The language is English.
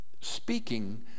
speaking